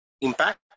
impact